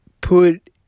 put